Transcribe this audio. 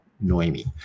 Noemi